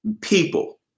people